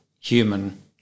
human